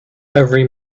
every